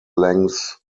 length